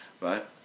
right